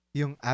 yung